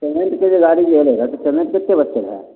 पेमेण्टके जे गाड़ी ऐलै हँ तऽ पेमेण्ट कतेक बचल है